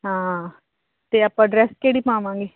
ਹਾਂ ਅਤੇ ਆਪਾਂ ਡਰੈਸ ਕਿਹੜੀ ਪਾਵਾਂਗੇ